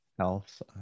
health